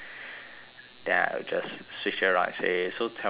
then I will just switch around and say so tell me about your weekend